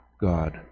God